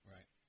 Right